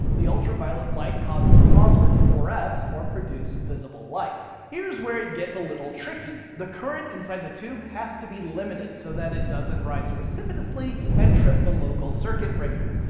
the ultraviolet light causes and the phosphor to fluoresce or produce visible light. here's where it gets a little tricky. the current inside the tube has to be limited so that it doesn't rise precipitously and trip the local circuit breaker.